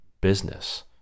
business